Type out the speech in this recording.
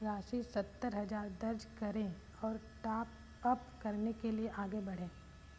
राशि सत्तर हज़ार दर्ज करें और टाप अप करने के लिए आगे बढ़ें